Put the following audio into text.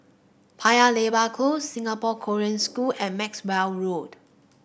Paya Lebar Close Singapore Korean School and Maxwell Road